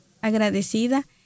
agradecida